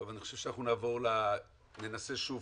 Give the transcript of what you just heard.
אני אתחיל עם משרד